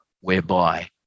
whereby